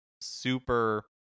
super